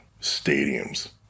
stadiums